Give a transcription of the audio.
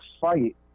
fight